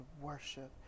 worship